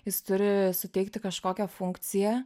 jis turi suteikti kažkokią funkciją